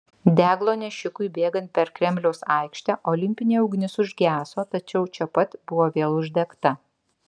deglo nešikui bėgant per kremliaus aikštę olimpinė ugnis užgeso tačiau čia pat buvo vėl uždegta